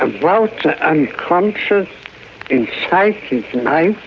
about the unconscious in psychic life,